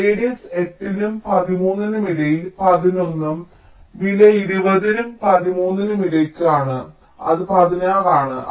radius 8 നും 13 നും ഇടയിൽ 11 ഉം വില 20 നും 13 നും ഇടയ്ക്കും ആണ് അത് 16 ആണ്